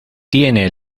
tiene